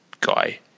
guy